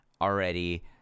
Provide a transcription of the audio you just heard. already